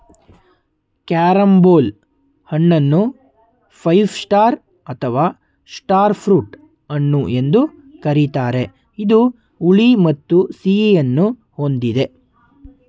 carambola ಹಣ್ಣನ್ನು five star ಅಥವಾ star fruit ಹಣ್ಣು ಎಂದು ಕರಿತಾರೆ ಇದು ಹುಳಿ ಮತ್ತು ಸಿಹಿಯನ್ನು ಹೊಂದಿದೆ